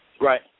Right